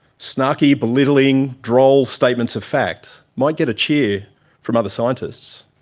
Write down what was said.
snarky, belittling, droll statements of fact might get a cheer from other scientists